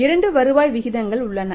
இரண்டு வருவாய் விகிதங்கள் உள்ளன